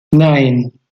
nein